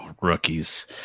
Rookies